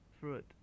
fruit